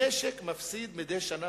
המשק מפסיד מדי שנה,